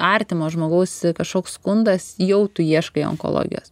artimo žmogaus kažkoks skundas jau tu ieškai onkologijos